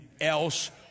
else